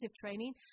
training